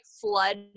flood